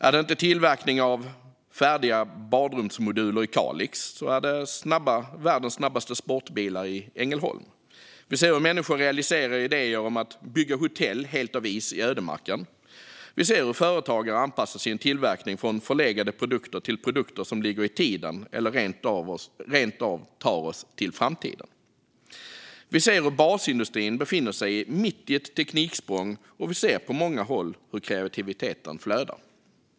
Är det inte tillverkning av färdiga badrumsmoduler i Kalix är det världens snabbaste sportbilar i Ängelholm. Vi ser hur människor realiserar idéer om att bygga hotell helt av is i ödemarken. Vi ser hur företagare anpassar sin tillverkning från förlegade produkter till produkter som ligger i tiden eller rent av tar oss till framtiden. Vi ser hur basindustrin befinner sig mitt i ett tekniksprång, och vi ser på många håll hur kreativiteten flödar.